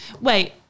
Wait